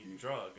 drug